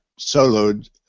soloed